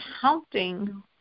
counting